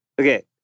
Okay